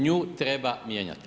Nju treba mijenjati.